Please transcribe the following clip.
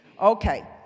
Okay